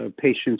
patients